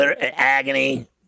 agony